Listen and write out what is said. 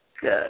Good